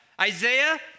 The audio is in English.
Isaiah